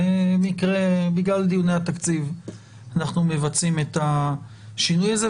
בגלל דיוני התקציב אנחנו מבצעים את השינוי הזה,